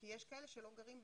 כי יש כאלה שלא גרים בשכירות.